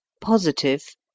Positive